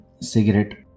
cigarette